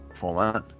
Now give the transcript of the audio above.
Format